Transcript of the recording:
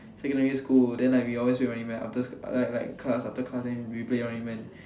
secondary school then like we always play running man after sch~ like class after class then we play running man